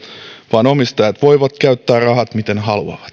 vaan omistajat voivat käyttää rahat miten haluavat